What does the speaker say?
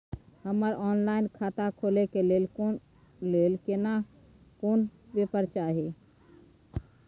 हमरा ऑनलाइन खाता खोले के लेल केना कोन पेपर चाही?